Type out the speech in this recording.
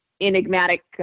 enigmatic